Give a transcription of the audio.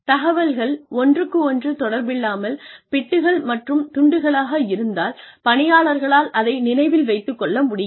தகவல்கள் ஒன்றுக்கொன்று தொடர்பில்லாமல் பிட்கள் மற்றும் துண்டுகளாக இருந்தால் பணியாளர்களால் அதை நினைவில் வைத்துக் கொள்ள முடியாது